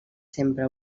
sempre